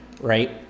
right